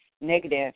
negative